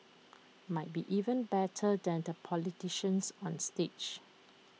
might be even better than the politicians on stage